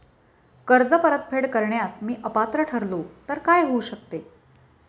कर्ज परतफेड करण्यास मी अपात्र ठरलो तर काय होऊ शकते?